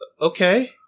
Okay